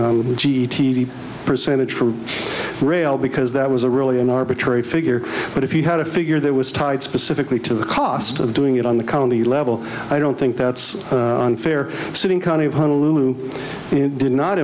cities percentage for rail because that was a really an arbitrary figure but if you had a figure that was tied specifically to the cost of doing it on the county level i don't think that's unfair sitting kind of honolulu did not